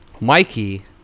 Mikey